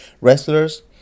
wrestlers